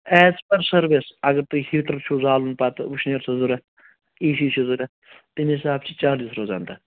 as per service اَگر تُہۍ heater چھُو زالُن پتہٕ وُشنیر چھُو ضروٗرت اےٚ سی چھِ ضروٗرت تٔمۍ حِساب چھِ چارجٕز روزان تَتھ